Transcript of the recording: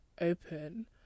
open